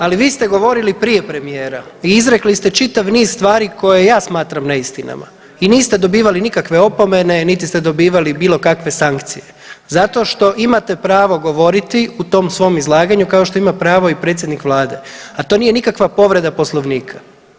Ali vi ste govorili prije premijera i izrekli čitav niz stvari koje ja smatram neistinama i niste dobivali nikakve opomene niti ste dobivali bilo kakve sankcije, zato što imate pravo govoriti u tom svom izlaganju kao što ima pravo i predsjednik vlade, a to nije nikakva povreda poslovnika.